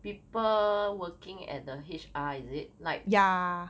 people working at the H_R is it like